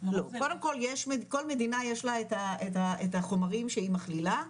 קודם כל, לכל מדינה יש לה את החומרים שהיא מכלילה,